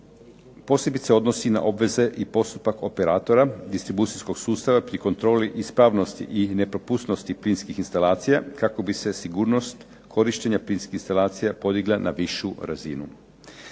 posebice odnosi na obveze i postupak operatora distribucijskog sustava pri kontroli ispravnosti i nepropusnosti plinskih instalacija kako bi se sigurnost korištenja plinskih instalacija podigla na višu razinu.